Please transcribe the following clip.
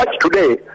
today